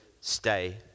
stay